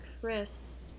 Chris